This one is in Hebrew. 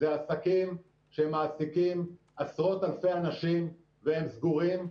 אלה עסקים שמעסיקים עשרות אלפי אנשים, והם סגורים.